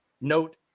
note